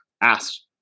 asked